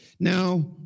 Now